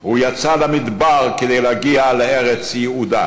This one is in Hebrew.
הוא יצא למדבר כדי להגיע לארץ יעודה,